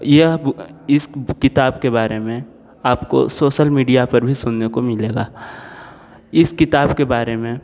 यह इस किताब के बारे में आपको सोसल मीडिया पर भी सुनने को मिलेगा इस किताब के बारे में